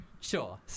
sure